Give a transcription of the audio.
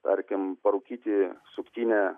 tarkim parūkyti suktinę